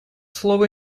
слово